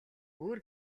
бүр